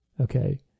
Okay